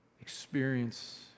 Experience